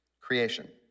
creation